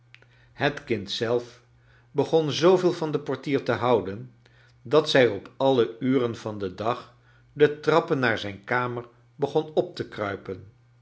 hot kind zelf begon zooveel van den portier te houden dat zij op alle uren van den dag de trappen naar zijn kamer begon op te kruipen